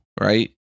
right